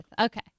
Okay